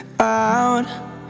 Out